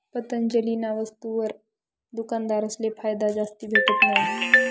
पतंजलीना वस्तुसवर दुकानदारसले फायदा जास्ती भेटत नयी